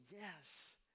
Yes